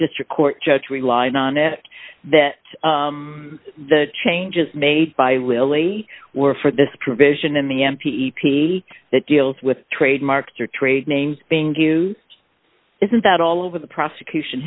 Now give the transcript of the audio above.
district court judge relied on it that the changes made by willy were for this provision in the m p e p that deals with trademarks or trade names being given isn't that all over the prosecution